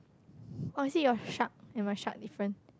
oh is it your shark and my shark different